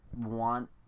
want